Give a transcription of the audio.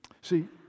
See